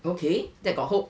okay that got hope